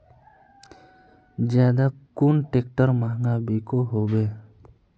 ज्यादा कुन ट्रैक्टर महंगा बिको होबे?